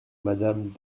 madame